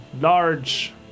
Large